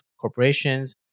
corporations